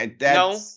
No